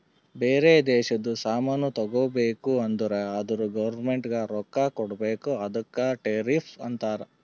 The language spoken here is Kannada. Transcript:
ಬೇರೆ ದೇಶದು ಸಾಮಾನ್ ತಗೋಬೇಕು ಅಂದುರ್ ಅದುರ್ ಗೌರ್ಮೆಂಟ್ಗ ರೊಕ್ಕಾ ಕೊಡ್ಬೇಕ ಅದುಕ್ಕ ಟೆರಿಫ್ಸ್ ಅಂತಾರ